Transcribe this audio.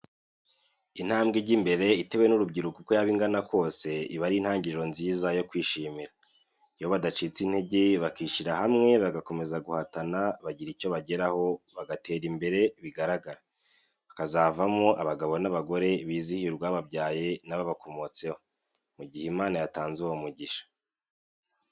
Intambwe ijya mbere itewe n'urubyiruko, uko yaba ingana kose iba ari intangiriro nziza yo kwishimira, iyo badacitse intege bakishyira hamwe bagakomeza guhatana bagira icyo bageraho, bagatera imbere bigaragara, bakazavamo abagabo n'abagore bizihiye urwababyaye n'ababakomotseho, mu gihe Imana yatanze uwo mugisha.